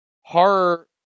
horror